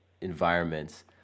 environments